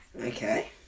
Okay